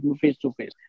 face-to-face